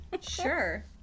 sure